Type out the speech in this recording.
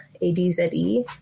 A-D-Z-E